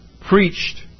preached